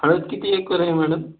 हळद किती एकर आहे मॅडम